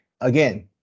again